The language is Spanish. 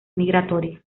migratoria